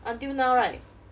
until now right